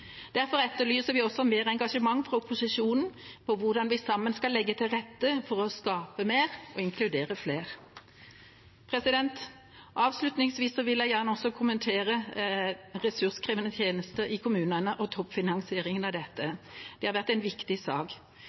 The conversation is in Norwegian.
Derfor etterlyser vi også mer engasjement fra opposisjonen for hvordan vi sammen skal legge til rette for å skape mer og inkludere flere. Avslutningsvis vil jeg gjerne også kommentere ressurskrevende tjenester i kommunene og toppfinansieringen av dette. Det har vært en viktig sak.